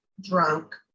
drunk